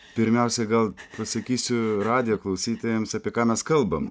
pirmiausia gal pasakysiu radijo klausytojams apie ką mes kalbam